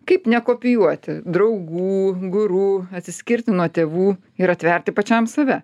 kaip nekopijuoti draugų guru atsiskirti nuo tėvų ir atverti pačiam save